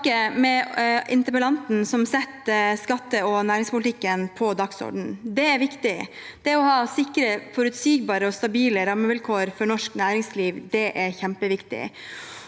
Jeg vil også takke interpellanten, som setter skatteog næringspolitikken på dagsordenen. Det er viktig å ha sikre, forutsigbare og stabile rammevilkår for norsk næringsliv. Det er kjempeviktig.